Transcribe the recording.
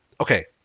okay